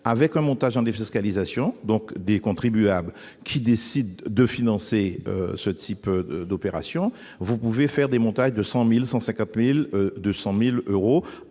à un montage en défiscalisation, donc des contribuables qui décident de financer ce type d'opération, vous élaborez des financements de 100 000, 150 000, voire 200 000 euros,